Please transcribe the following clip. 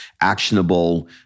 actionable